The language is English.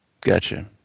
Gotcha